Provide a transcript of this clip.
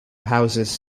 houses